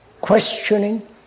questioning